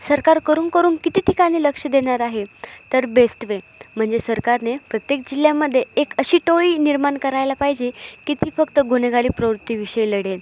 सरकार करून करून किती ठिकाणी लक्ष देणार आहे तर बेस्ट वे म्हणजे सरकारने प्रत्येक जिल्ह्यामध्ये एक अशी टोळी निर्माण करायला पाहिजे की ती फक्त गुन्हेगारी प्रवृत्तीविषयी लढेल